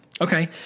Okay